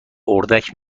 اردک